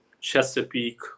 Chesapeake